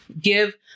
give